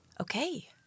Okay